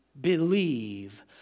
believe